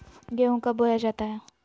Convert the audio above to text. गेंहू कब बोया जाता हैं?